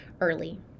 early